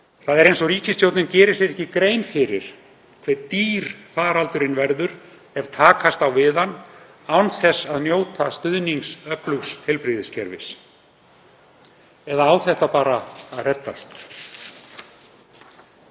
Það er eins og ríkisstjórnin geri sér ekki grein fyrir hve dýr faraldurinn verður ef við eigum að takast á við hann án þess að njóta stuðnings öflugs heilbrigðiskerfis. Eða á þetta bara að reddast?